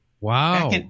Wow